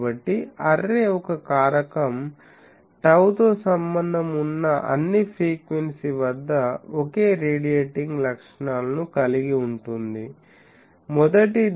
కాబట్టి అర్రే ఒక కారకం టౌ తో సంబంధం ఉన్న అన్ని ఫ్రీక్వెన్సీ వద్ద ఒకే రేడియేటింగ్ లక్షణాలను కలిగి ఉంటుంది మొదటిది